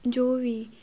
ਜੋ ਵੀ